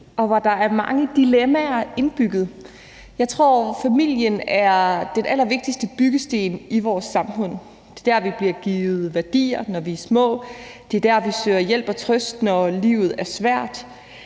og hvor der er mange dilemmaer indbygget. Jeg tror, at familien er den allerallervigtigste byggesten i vores samfund, det er der, vi bliver givet værdier, når vi er små, og det er der, vi sørger hjælp og trøst, når livet er svært,